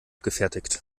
gefertigt